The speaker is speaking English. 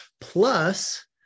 plus